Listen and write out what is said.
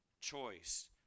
choice